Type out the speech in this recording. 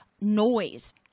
noise